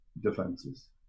defenses